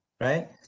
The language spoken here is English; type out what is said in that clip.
right